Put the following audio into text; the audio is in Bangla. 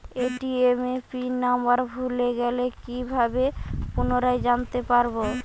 এ.টি.এম পিন নাম্বার ভুলে গেলে কি ভাবে পুনরায় জানতে পারবো?